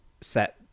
set